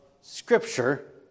scripture